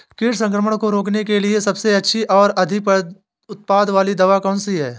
कीट संक्रमण को रोकने के लिए सबसे अच्छी और अधिक उत्पाद वाली दवा कौन सी है?